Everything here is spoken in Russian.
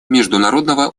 международного